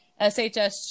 SHS